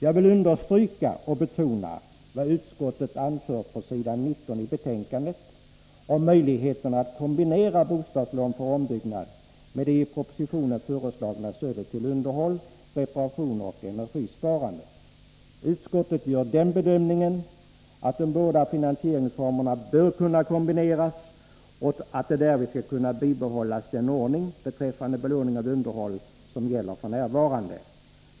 Jag vill understryka vad utskottet anför på s. 19 i betänkandet om möjligheterna att kombinera bostadslån för ombyggnad med det i propositionen föreslagna stödet till underhåll, reparationer och energisparande. Utskottet gör den bedömningen att de båda finansieringsformerna bör kunna kombineras och att därvid skall kunna bibehållas den ordning beträffande belåning av underhåll som gäller f. n.